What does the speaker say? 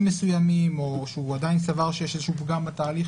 מסוימים או שהוא עדיין סבור שיש איזשהו פגם התהליך